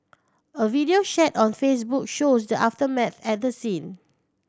a video shared on Facebook shows the aftermath at the scene